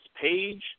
page